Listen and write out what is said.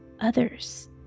others